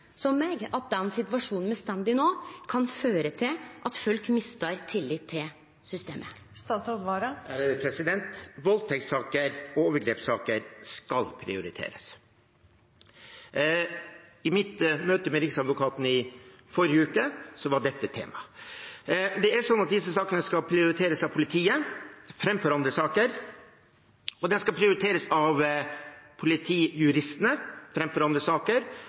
situasjonen me står i no, kan føre til at folk mistar tillit til systemet? Voldtektssaker og overgrepssaker skal prioriteres. I mitt møte med Riksadvokaten i forrige uke var dette tema. Disse sakene skal prioriteres av politiet framfor andre saker, de skal prioriteres av politijuristene framfor andre saker,